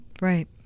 Right